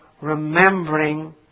remembering